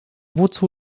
wozu